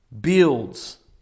builds